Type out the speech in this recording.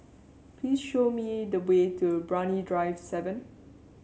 please show me the way to Brani Drive seven